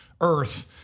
earth